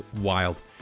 wild